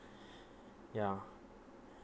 ya